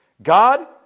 God